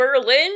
Berlin